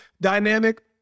dynamic